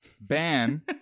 Ban